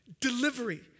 delivery